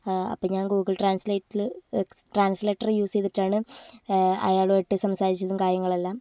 അപ്പോൾ ഞാൻ ഗൂഗിൾ ട്രാൻസ്ലേറ്റർല് ട്രാൻസ്ലേറ്റർ യൂസ് ചെയ്തിട്ടാണ് അയാളും ആയിട്ട് സംസാരിച്ചതും കാര്യങ്ങളും എല്ലാം